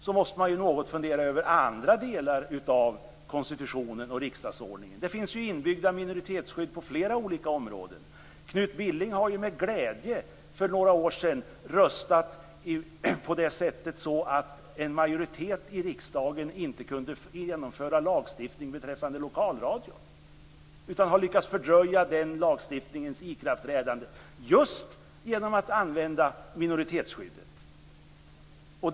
Då måste man något fundera över andra delar av konstitutionen och riksdagsordningen. Det finns ju inbyggda minoritetsskydd på flera olika områden. Knut Billing har ju för några år sedan med glädje röstat så att en majoritet i riksdagen inte kunde genomföra lagstiftning beträffande lokalradion. Man lyckades fördröja den lagstiftningens ikraftträdande just genom att använda minoritetsskyddet.